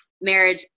marriage